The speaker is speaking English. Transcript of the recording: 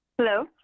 Hello